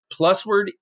Plusword